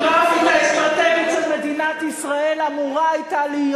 אבל כל התפיסה הגיאוגרפית-האסטרטגית של מדינת ישראל אמורה היתה להיות